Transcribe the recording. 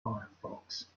firefox